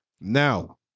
Now